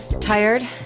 Tired